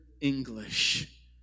English